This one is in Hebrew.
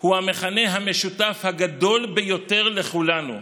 הוא המכנה המשותף הגדול ביותר לכולנו.